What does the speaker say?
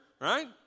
right